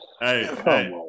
hey